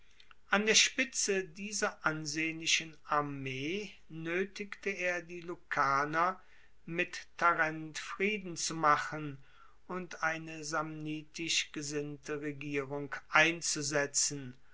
an der spitze dieser ansehnlichen armee noetigte er die lucaner mit tarent frieden zu machen und eine samnitisch gesinnte regierung einzusetzen